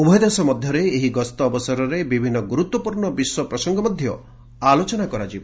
ଉଭୟ ଦେଶ ମଧ୍ୟରେ ଏହି ଗସ୍ତ ଅବସରରେ ବିଭିନ୍ନ ଗୁରୁତ୍ୱପୂର୍ଣ୍ଣ ବିଶ୍ୱ ପ୍ରସଙ୍ଗ ମଧ୍ୟ ଆଲୋଚନା କରାଯିବ